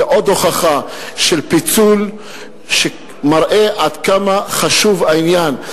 זה עוד הוכחה של פיצול שמראה עד כמה העניין חשוב.